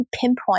pinpoint